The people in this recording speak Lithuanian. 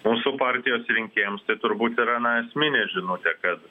mūsų partijos rinkėjams tai turbūt yra na esminė žinutė kad